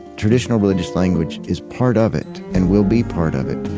traditional religious language is part of it and will be part of it,